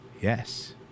Yes